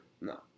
No